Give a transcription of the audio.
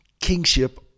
kingship